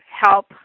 help